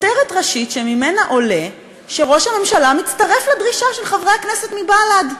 כותרת ראשית שממנה עולה שראש הממשלה מצטרף לדרישה של חברי הכנסת מבל"ד,